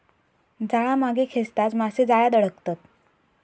जाळा मागे खेचताच मासे जाळ्यात अडकतत